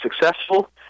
successful